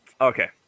Okay